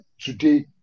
today